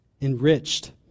enriched